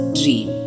dream